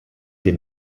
den